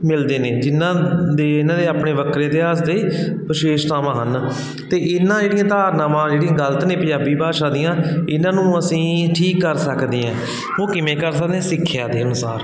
ਮਿਲਦੇ ਨੇ ਜਿਹਨਾਂ ਦੇ ਇਹਨਾਂ ਦੇ ਆਪਣੇ ਵੱਖਰੇ ਇਤਿਹਾਸ ਦੇ ਵਿਸ਼ੇਸ਼ਤਾਵਾਂ ਹਨ ਅਤੇ ਇਹਨਾਂ ਜਿਹੜੀਆਂ ਧਾਰਨਾਵਾਂ ਜਿਹੜੀਆਂ ਗਲਤ ਨੇ ਪੰਜਾਬੀ ਭਾਸ਼ਾ ਦੀਆਂ ਇਹਨਾਂ ਨੂੰ ਅਸੀਂ ਠੀਕ ਕਰ ਸਕਦੇ ਹਾਂ ਉਹ ਕਿਵੇਂ ਕਰ ਸਕਦੇ ਸਿੱਖਿਆ ਦੇ ਅਨੁਸਾਰ